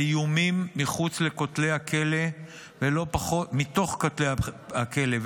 האיומים מבין כותלי הכלא ולא פחות, מחוץ לכלא,